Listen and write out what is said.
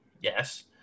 Yes